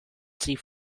sie